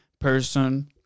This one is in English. person